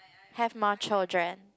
have more children